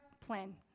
plan